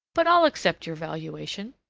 but i'll accept your valuation.